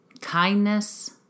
Kindness